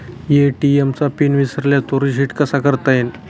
ATM चा pin विसरल्यास तो रिसेट कसा करता येईल?